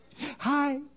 hi